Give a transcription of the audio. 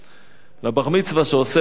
לבר-מצווה שעושה פלסנר.